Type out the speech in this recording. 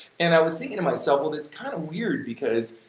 and i was thinking to myself well, that's kind of weird because,